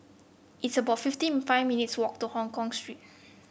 it's about fifty five minutes' walk to Hongkong Street